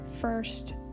first